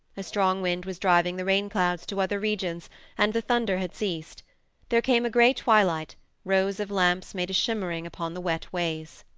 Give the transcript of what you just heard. a strong wind was driving the rain-clouds to other regions and the thunder had ceased there came a grey twilight rows of lamps made a shimmering upon the wet ways.